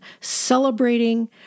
celebrating